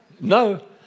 No